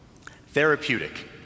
Therapeutic